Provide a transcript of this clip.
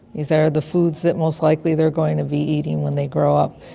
these are the foods that most likely they are going to be eating when they grow up.